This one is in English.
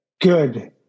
good